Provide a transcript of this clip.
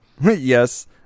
Yes